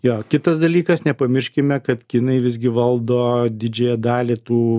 jo kitas dalykas nepamirškime kad kinai visgi valdo didžiąją dalį tų